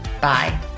Bye